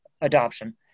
Adoption